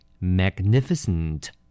Magnificent